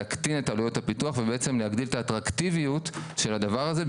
להקטין את עלויות הפיתוח ובעצם להגדיל את האטרקטיביות של הדבר הזה,